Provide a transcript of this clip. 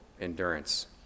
endurance